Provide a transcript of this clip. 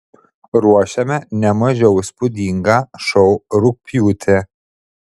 ruošiame ne mažiau įspūdingą šou rugpjūtį